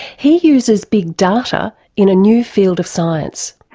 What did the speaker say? he uses big data in a new field of science.